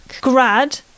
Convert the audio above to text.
Grad